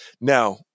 Now